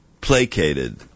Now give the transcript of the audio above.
placated